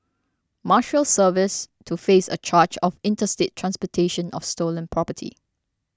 Marshals Service to face a charge of interstate transportation of stolen property